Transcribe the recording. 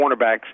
cornerbacks